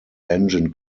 engine